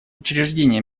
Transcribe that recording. учреждение